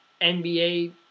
NBA